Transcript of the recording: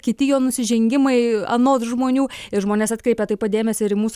kiti jo nusižengimai anot žmonių ir žmonės atkreipia dėmesį ir į mūsų